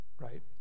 right